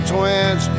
Twins